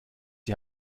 die